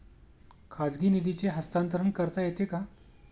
खाजगी निधीचे हस्तांतरण करता येते का?